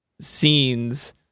scenes